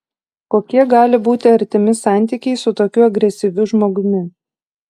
kokie gali būti artimi santykiai su tokiu agresyviu žmogumi